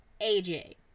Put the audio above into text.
AJ